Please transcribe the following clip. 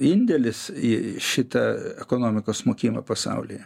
indėlis į šitą ekonomikos smukimą pasaulyje